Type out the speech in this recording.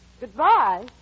Goodbye